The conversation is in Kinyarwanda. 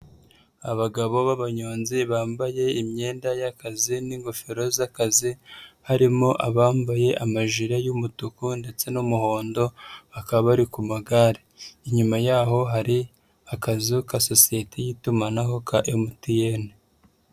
Abagabo b'abanyonzi bambaye imyenda y'akazi n'ingofero z'akazi, harimo abambaye amajire y'umutuku ndetse n'umuhondo bakaba bari ku magare. Inyuma y'aho hari akazu ka sosiyete y'itumanaho ka MTN.